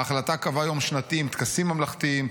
ההחלטה קבעה יום שנתי עם טקסים ממלכתיים,